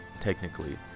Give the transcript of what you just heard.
technically